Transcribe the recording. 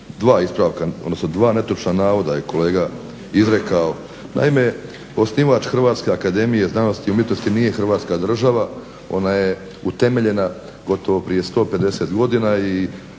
Dva ispravka, odnosno dva netočna navoda je kolega izrekao. Naime osnivač HAZU nije Hrvatska država, ona je utemeljena gotovo prije 150 godina i